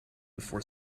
before